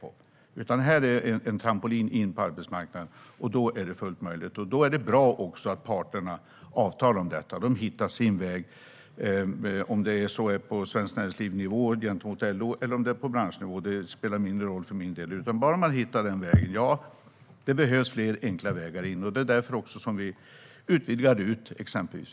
Det här är en trampolin in på arbetsmarknaden, och då är det fullt möjligt och bra om parterna avtalar om detta och hittar sin väg, om det så är på nivån Svenskt Näringsliv-LO eller på branschnivå. Det spelar mindre roll för min del, bara man hittar den vägen. Ja, det behövs fler enkla vägar in, och det är också därför som vi exempelvis utvidgar RUT.